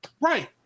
Right